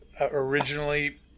originally